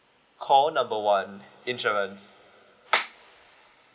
call number one insurance